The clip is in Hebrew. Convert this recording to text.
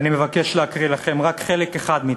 ואני מבקש להקריא לכם רק חלק אחד מתוכו: